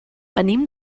venim